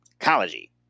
ecology